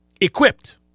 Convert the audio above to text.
equipped